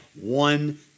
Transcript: one